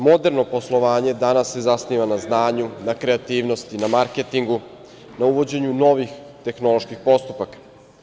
Moderno poslovanje danas se zasniva na znanju, na kreativnosti, na marketingu, na uvođenju novih tehnoloških postupaka.